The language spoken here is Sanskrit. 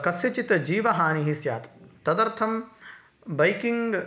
कस्यचित् जीवहानिः स्यात् तदर्थं बैकिङ्ग्